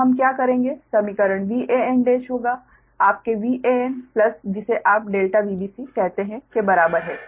तो हम क्या करेंगे समीकरण Van होगा आपके Van प्लस जिसे आप डेल्टा Vbc कहते हैं के बराबर है